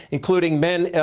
including men,